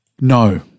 No